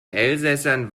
elsässern